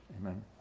Amen